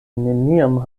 neniam